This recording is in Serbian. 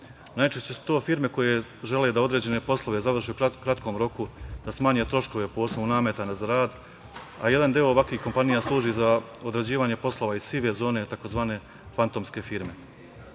Najčešće su to firme koje žele da određene poslove završe u kratkom roku, da smanje troškove po osnovu nameta za rad, a jedan deo ovakvih kompanija služi za odrađivanje poslova iz sive zone, tzv. fantomske